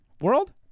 world